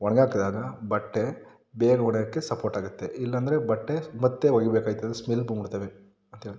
ಒಣಗಿ ಹಾಕ್ದಾಗ ಬಟ್ಟೆ ಬೇಗ ಒಣಯಕ್ಕೆ ಸಪೋರ್ಟ್ ಆಗುತ್ತೆ ಇಲ್ಲ ಅಂದ್ರೆ ಬಟ್ಟೆ ಮತ್ತೆ ಒಗಿಬೇಕು ಆಯ್ತದೆ ಸ್ಮೆಲ್ ಬಂದು ಬಿಡ್ತಾವೆ ಮತ್ತು